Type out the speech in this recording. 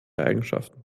eigenschaften